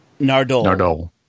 nardole